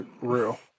real